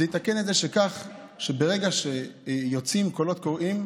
זה יתקן את זה כך שברגע שיוצאים קולות קוראים,